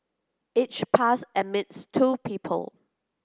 each pass admits two people